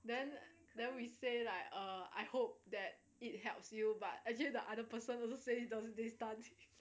then then we say like err I hope that it helps you but actually the other person also say other days done